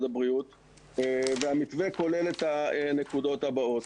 הבריאות והמתווה כולל את הנקודות הבאות.